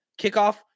Kickoff